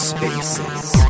Spaces